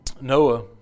Noah